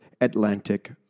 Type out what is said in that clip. Atlantic